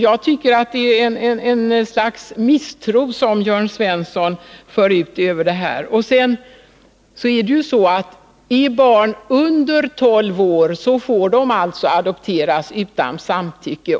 Jag tycker att det är ett slags misstro som Jörn Svensson för ut. Är barnet under tolv år får det adopteras utan samtycke.